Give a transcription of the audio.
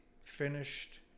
finished